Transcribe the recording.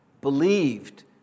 believed